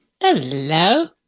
Hello